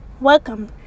welcome